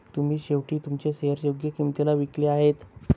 तुम्ही शेवटी तुमचे शेअर्स योग्य किंमतीला विकले आहेत